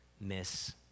miss